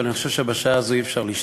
אבל אני חושב שבשעה הזאת אי-אפשר לשתוק.